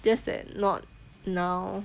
just that not now